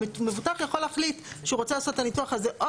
המבוטח יכול להחליט שהוא רוצה לעשות את הניתוח זה או